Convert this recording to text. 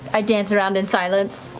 i dance around in silence,